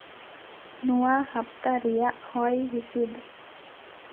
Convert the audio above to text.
ᱱᱚᱣᱟ ᱦᱟᱯᱛᱟ ᱨᱮᱭᱟᱜ ᱦᱚᱭ ᱦᱤᱥᱤᱫ